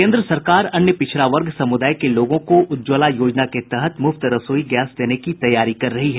केन्द्र सरकार अन्य पिछड़ा वर्ग समुदाय के लोगों को उज्ज्वला योजना के तहत मुफ्त रसोई गैस देने की तैयारी कर रही है